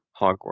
Hogwarts